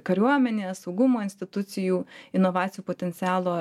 kariuomenės saugumo institucijų inovacijų potencialo